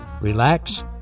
relax